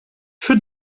für